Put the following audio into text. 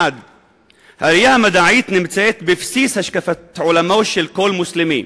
1. הראייה המדעית נמצאת בבסיס השקפת עולמו של כל מוסלמי,